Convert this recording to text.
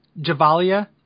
Javalia